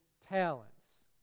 talents